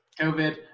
COVID